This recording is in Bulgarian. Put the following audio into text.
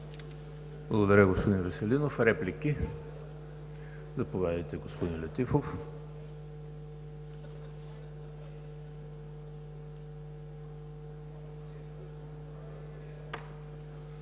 Благодаря, господин Веселинов. Реплики? Заповядайте, господин Летифов.